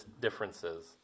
differences